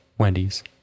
Wendy's